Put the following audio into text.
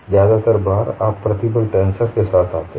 ज्यादातर बार आप प्रतिबल टेंसर के साथ आते हैं